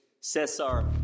Cesar